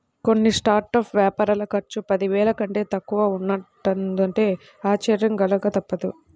కొన్ని స్టార్టప్ వ్యాపారాల ఖర్చు పదివేల కంటే తక్కువగా ఉంటున్నదంటే ఆశ్చర్యం కలగక తప్పదు